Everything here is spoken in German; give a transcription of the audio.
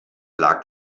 lag